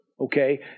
Okay